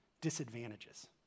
disadvantages